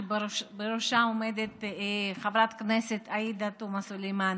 שבראשה עומדת חברת הכנסת עאידה תומה סלימאן,